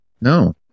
No